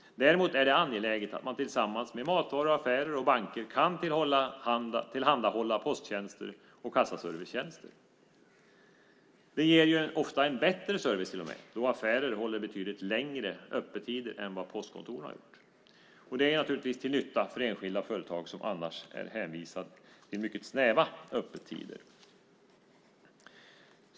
Däremot är det angeläget att man tillsammans med matvaruaffärer och banker kan tillhandahålla posttjänster och kassaservicetjänster. Det ger ofta en bättre service då affärer håller öppet betydligt längre än vad postkontoren har gjort. Det är naturligtvis till nytta för enskilda företag som annars är hänvisade till mycket snäva öppettider.